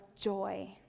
joy